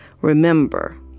Remember